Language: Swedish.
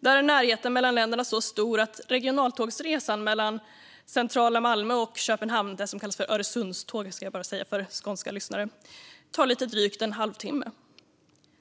Där är närheten mellan länderna påtaglig; regionaltågsresan mellan centrala Malmö och Köpenhamn, det som kallas Öresundståget, tar lite drygt en halvtimme.